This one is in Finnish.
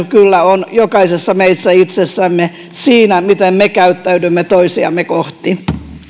kyllä on jokaisessa meissä itsessämme siinä miten me käyttäydymme toisiamme kohti